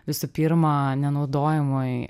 visų pirma nenaudojamoj